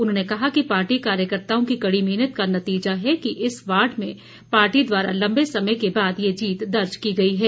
उन्होंने कहा कि पार्टी कार्यकर्ताओं की कड़ी मेहनत का नतीजा है कि इस वार्ड में पार्टी द्वारा लंबे समय के बाद यह जीत दर्ज की गई है